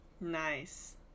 Nice